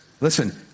listen